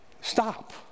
Stop